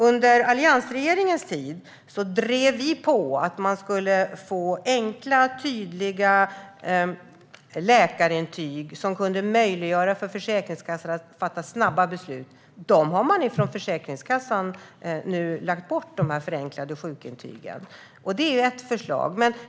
Under alliansregeringens tid drev vi på för att få enkla, tydliga läkarintyg som kunde möjliggöra för Försäkringskassan att fatta snabba beslut. Detta förslag har Försäkringskassan nu lagt undan.